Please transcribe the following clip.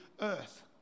earth